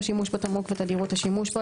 6.1.4 משך השימוש בתמרוק ותדירות השימוש בו,